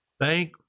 Thank